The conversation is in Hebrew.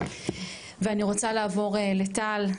ואני רוצה לעבור לטל,